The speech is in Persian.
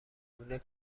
اونا